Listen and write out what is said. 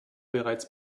bereits